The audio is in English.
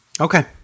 Okay